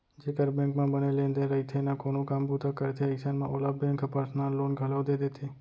जेकर बेंक म बने लेन देन रइथे ना कोनो काम बूता करथे अइसन म ओला बेंक ह पर्सनल लोन घलौ दे देथे